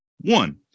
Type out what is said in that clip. One